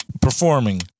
performing